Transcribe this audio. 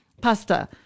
pasta